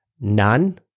none